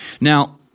Now